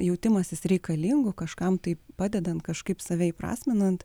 jautimasis reikalingu kažkam taip padedant kažkaip save įprasminant